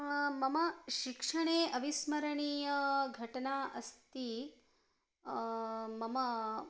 मम शिक्षणे अविस्मरणीयघटना अस्ति मम